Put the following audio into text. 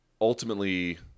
ultimately